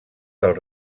del